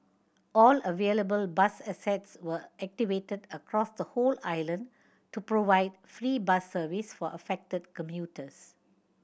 all available bus assets were activated across the whole island to provide free bus service for affected commuters